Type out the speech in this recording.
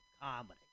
comedy